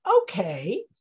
Okay